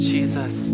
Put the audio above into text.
Jesus